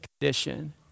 condition